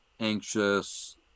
anxious